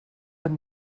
and